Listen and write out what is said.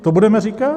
To budeme říkat?